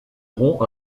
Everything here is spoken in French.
rompt